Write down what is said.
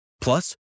Plus